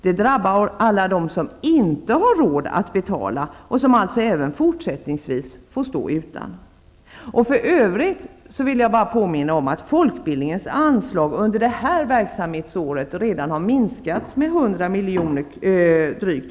Det drabbar alla dem som inte har råd att betala och som alltså även fortsättningsvis får stå utan. För övrigt vill jag bara påminna om att folkbildningens anslag under det här verksamhetsåret redan har minskats med drygt